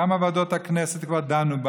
כמה ועדות הכנסת כבר דנו,